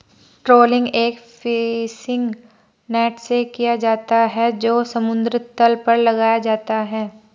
trawling एक fishing net से किया जाता है जो समुद्र तल पर लगाया जाता है